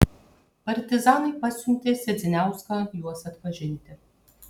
partizanai pasiuntė sedziniauską juos atpažinti